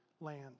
land